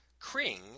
Kring